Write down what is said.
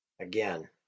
Again